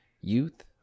youth